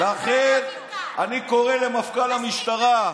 לכן אני קורא למפכ"ל המשטרה: